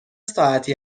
ساعتی